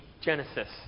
Genesis